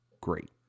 great